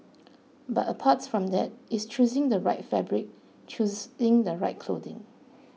but apart from that it's choosing the right fabric choosing the right